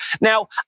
now